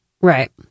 Right